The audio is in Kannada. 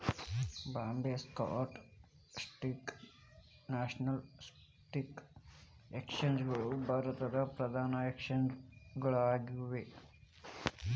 Bombay stock national stock exchange ಗಳು ಭಾರತದ್ ಪ್ರಧಾನ ಎಕ್ಸ್ಚೇಂಜ್ ಗಳಾಗ್ಯಾವ